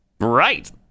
Right